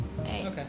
Okay